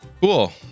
Cool